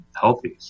healthy